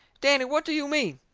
danny, what do you mean?